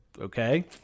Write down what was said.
okay